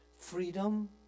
freedom